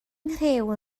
nghriw